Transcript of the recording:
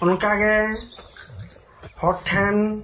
ᱚᱱᱠᱟᱜᱮ ᱦᱚᱲᱴᱷᱮᱱ